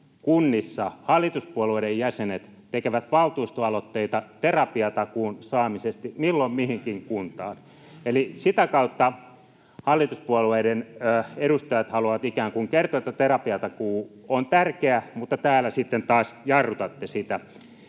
kunnissa hallituspuolueiden jäsenet tekevät valtuustoaloitteita terapiatakuun saamisesta milloin mihinkin kuntaan. Eli sitä kautta hallituspuolueiden edustajat haluavat ikään kuin kertoa, että terapiatakuu on tärkeä, mutta täällä sitten taas jarrutatte sitä.